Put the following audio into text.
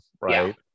right